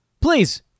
please